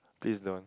please don't